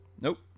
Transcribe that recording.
Nope